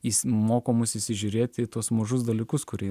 jis moko mus įsižiūrėti į tuos mažus dalykus kurie